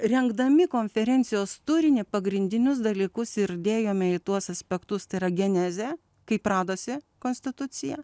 rengdami konferencijos turinį pagrindinius dalykus ir dėjome į tuos aspektus tai yra genezę kaip radosi konstitucija